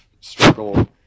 struggle